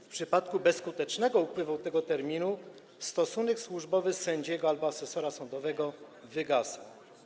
W przypadku bezskutecznego upływu tego terminu stosunek służbowy sędziego albo asesora sądowego wygasa.